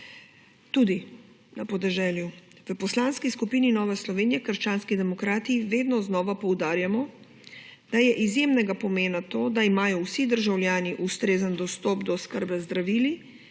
tudi na podeželju. V Poslanski skupini Nova Slovenija – krščanski demokrati vedno znova poudarjamo, da je izjemnega pomena to, da imajo vsi državljani ustrezen dostop do oskrbe z zdravili